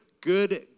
good